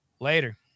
Later